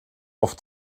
oft